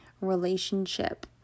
relationship